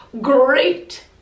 great